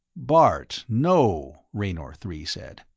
bart, no, raynor three said.